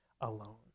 alone